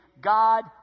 God